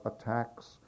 attacks